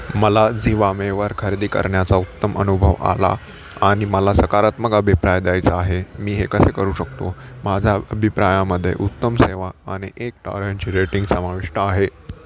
मला जीवामेवर खरेदी करण्याचा उत्तम अनुभव आला आणि मला सकारात्मक अभिप्राय द्यायचा आहे मी हे कसे करू शकतो माझ्या अभिप्रायामध्ये उत्तम सेवा आणि एक ताऱ्यांची रेटिंग समाविष्ट आहे